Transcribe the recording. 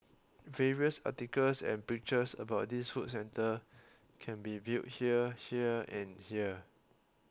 various articles and pictures about this food centre can be viewed here here and here